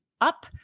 up